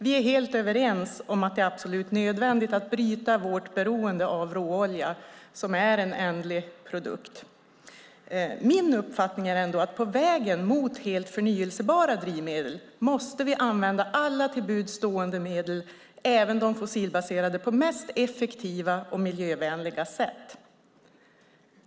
Vi är helt överens om att det är absolut nödvändigt att bryta vårt beroende av råolja, som är en ändlig produkt. Min uppfattning är att vi på vägen mot helt förnybara drivmedel måste använda alla till buds stående medel, även de fossilbaserade, på mest effektiva och miljövänliga sätt.